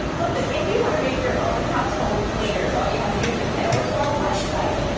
listen, if you want to make your own household cleaners, all you have to do is just head over to our website.